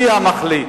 אני המחליט.